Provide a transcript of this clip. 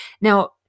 Now